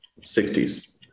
60s